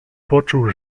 poczuł